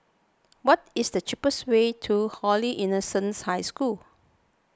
what is the cheapest way to Holy Innocents' High School